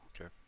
Okay